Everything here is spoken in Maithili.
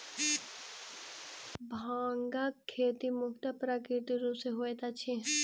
भांगक खेती पूर्णतः प्राकृतिक रूप सॅ होइत अछि